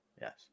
Yes